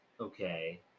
Okay